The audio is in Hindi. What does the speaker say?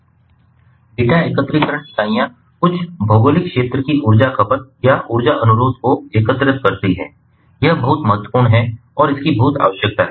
डेटा एकत्रीकरण इकाइयां कुछ भौगोलिक क्षेत्र की ऊर्जा खपत या ऊर्जा अनुरोध को एकत्र करती हैं यह बहुत महत्वपूर्ण है और इसकी बहुत आवश्यकता है